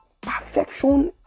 perfection